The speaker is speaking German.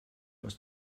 aus